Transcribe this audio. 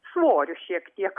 svoriu šiek tiek